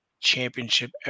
Championship